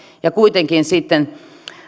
ja kuitenkin sitten